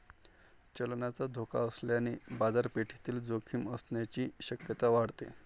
चलनाचा धोका असल्याने बाजारपेठेतील जोखीम असण्याची शक्यता वाढते